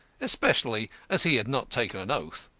especially as he had not taken an oath.